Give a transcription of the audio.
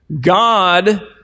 God